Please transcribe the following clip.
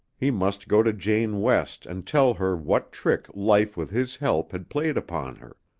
he must go to jane west and tell her what trick life with his help had played upon her.